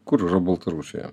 kur yra baltarusija